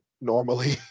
normally